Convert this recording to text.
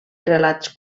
relats